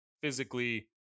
physically